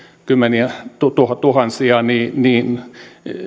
kymmeniätuhansia niin niin